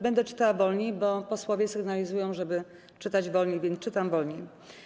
Będę czytała wolniej, bo posłowie sygnalizują, żeby czytać wolniej, więc czytam wolniej.